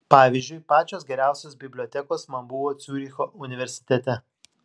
pavyzdžiui pačios geriausios bibliotekos man buvo ciuricho universitete